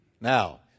Now